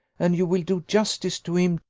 and you will do justice to him,